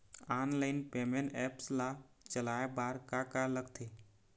Online payment apps ला चलाए बार का का लगथे?